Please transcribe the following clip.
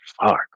fuck